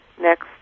next